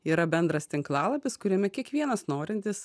yra bendras tinklalapis kuriame kiekvienas norintis